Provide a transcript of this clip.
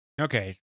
Okay